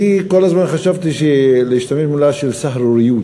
אני חשבתי להשתמש במילה "סהרוריות".